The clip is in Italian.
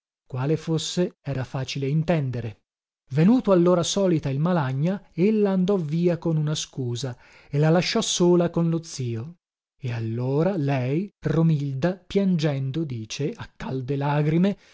quale fosse era facile intendere venuto allora solita il malagna ella andò via con una scusa e la lasciò sola con lo zio e allora lei romilda piangendo dice a calde lagrime